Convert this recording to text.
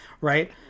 Right